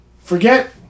forget